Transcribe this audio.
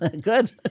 Good